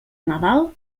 nadal